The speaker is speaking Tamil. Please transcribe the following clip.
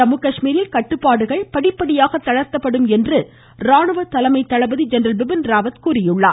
ஜம்மு காஷ்மீரில் கட்டுப்பாடுகள் படிப்படியாக தளர்த்தப்படும் என்று ராணுவ தலைமை தளபதி ஜென்ரல் பிபின் ராவத் தெரிவித்திருக்கிறார்